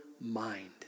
mind